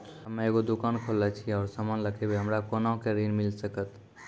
हम्मे एगो दुकान खोलने छी और समान लगैबै हमरा कोना के ऋण मिल सकत?